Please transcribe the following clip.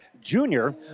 junior